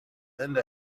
and